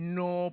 no